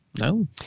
No